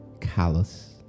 callous